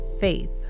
faith